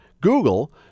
Google